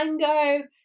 Tango